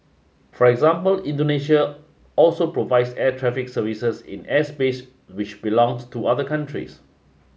for example Indonesia also provides air traffic services in airspace which belongs to other countries